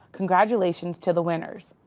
congratulations to the winners.